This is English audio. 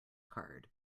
card